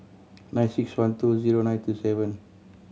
nine six one two zero nine two seven